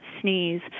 sneeze